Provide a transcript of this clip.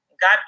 God